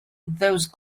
those